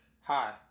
Hi